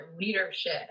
leadership